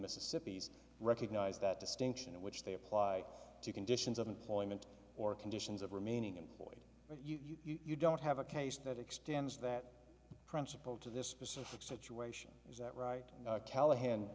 mississippi's recognize that distinction in which they apply to conditions of employment or conditions of remaining employed but you don't have a case that extends that principle to this specific situation is that right callahan